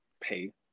pay